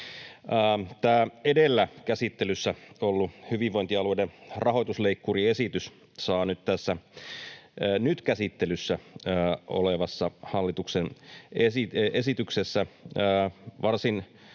Tämä edellä käsittelyssä ollut hyvinvointialueiden rahoitusleikkuriesitys saa tässä nyt käsittelyssä olevassa hallituksen esityksessä varsin